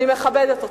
אני מכבדת אותך.